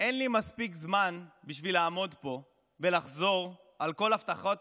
אין לי מספיק זמן בשביל לעמוד פה ולחזור על כל הבטחות